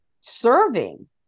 serving